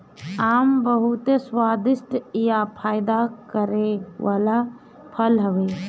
आम बहुते स्वादिष्ठ आ फायदा करे वाला फल हवे